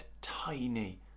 tiny